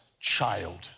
child